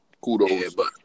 kudos